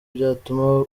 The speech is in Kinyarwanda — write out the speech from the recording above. byatuma